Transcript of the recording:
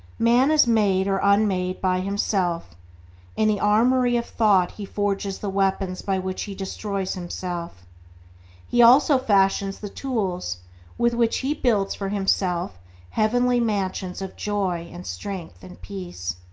man is made or unmade by himself in the armoury of thought he forges the weapons by which he destroys himself he also fashions the tools with which he builds for himself heavenly mansions of joy and strength and peace.